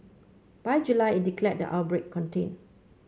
by July it declared the outbreak contained